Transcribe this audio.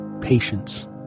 Patience